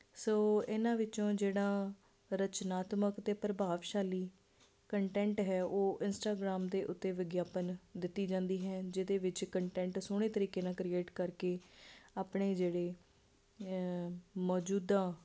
ਸੋ ਇਹਨਾਂ ਵਿੱਚੋਂ ਜਿਹੜਾ ਰਚਨਾਤਮਕ ਅਤੇ ਪ੍ਰਭਾਵਸ਼ਾਲੀ ਕੰਟੈਂਟ ਹੈ ਉਹ ਇੰਸਟਾਗ੍ਰਾਮ ਦੇ ਉੱਤੇ ਵਿਗਿਆਪਨ ਦਿੱਤੀ ਜਾਂਦੀ ਹੈ ਜਿਹਦੇ ਵਿੱਚ ਕੰਟੈਂਟ ਸੋਹਣੇ ਤਰੀਕੇ ਨਾਲ ਕ੍ਰੀਏਟ ਕਰਕੇ ਆਪਣੇ ਜਿਹੜੇ ਮੌਜੂਦਾ